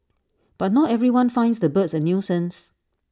but not everyone finds the birds A nuisance